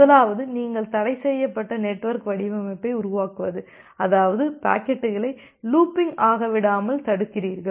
முதலாவது நீங்கள் தடைசெய்யப்பட்ட நெட்வொர்க் வடிவமைப்பை உருவாக்குவது அதாவது பாக்கெட்டுகளை லூப்பிங் ஆகவிடாமல் தடுக்கிறீர்கள்